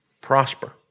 prosper